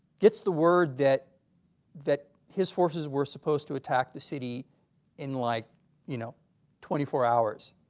gets the word that that his forces were supposed to attack the city in like you know twenty four hours